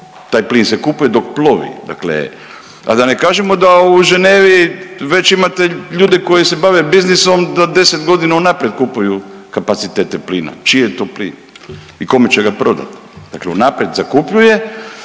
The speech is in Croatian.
taj plin se kupuje dok plovi dakle, a da ne kažemo da u Ženevi već imate ljude koji se bave biznisom da 10.g. unaprijed kupuju kapacitete plina, čiji je to plin i kome će ga prodat, dakle unaprijed zakupljuje,